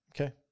Okay